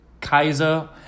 Kaiser